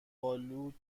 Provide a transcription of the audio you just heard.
آلود